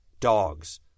Dogs